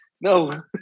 no